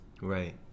Right